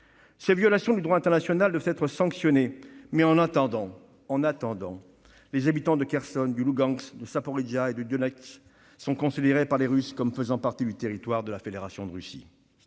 Ces violations du droit international doivent être sanctionnées, mais, en attendant, les habitants de Kherson, du Lougansk, de Zaporijia et de Donetsk sont considérés par les Russes comme faisant partie du territoire de la Fédération de Russie.